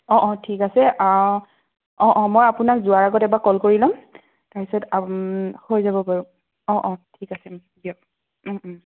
অ অ ঠিক আছে অ অ মই আপোনাক যোৱাৰ আগত এবাৰ ক'ল কৰি ল'ম তাৰপিছত হৈ যাব বাৰু অ অ ঠিক আছে দিয়ক ও ও